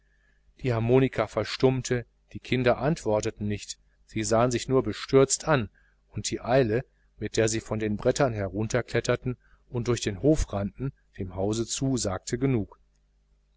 die harmonika verstummte die kinder antworteten nicht sie sahen sich nur bestürzt an und die eile mit der sie von den brettern herunterkletterten und durch den hof rannten dem haus zu sagte genug